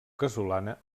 casolana